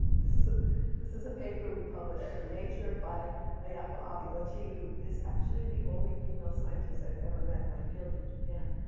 this is ah this is a paper we published in nature by ayako abe-ouchi, who is actually the only female scientist i've ever met in my field from japan.